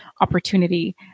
opportunity